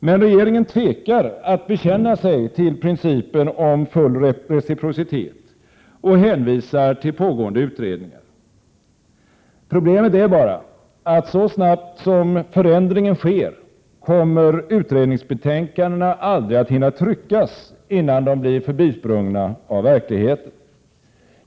Men regeringen tvekar att bekänna sig till principen om full reciprocitet och hänvisar till pågående utredningar. Problemet är bara att så snabbt som förändringen sker kommer utredningsbetänkandena aldrig att hinna tryckas, innan de blir förbisprungna av verkligheten.